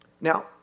Now